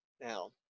Now